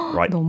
Right